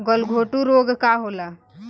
गलघोटू रोग का होला?